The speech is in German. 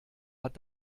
hat